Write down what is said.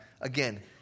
Again